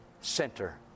center